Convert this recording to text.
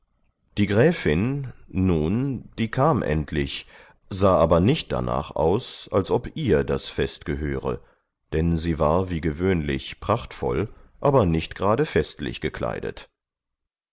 die gräfin nun die kam endlich sah aber nicht danach aus als ob ihr das fest gehöre denn sie war wie gewöhnlich prachtvoll aber nicht gerade festlich gekleidet